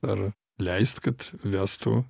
ar leist kad vestų